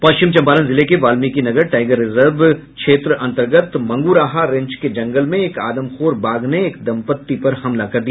पश्चिम चंपारण जिले के Valmiki Nagar tiger reserve क्षेत्र अंतर्गत मंगुराहा रेंज के जंगल में एक आदमखोर बाघ ने एक दंपति पर हमला कर दिया